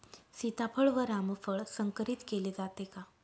सीताफळ व रामफळ संकरित केले जाते का?